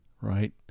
right